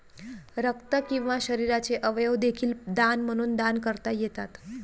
रक्त किंवा शरीराचे अवयव देखील दान म्हणून दान करता येतात